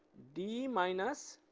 d minus